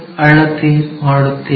ಅಳತೆ ಮಾಡುತ್ತೇವೆ